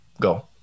Go